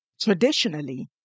Traditionally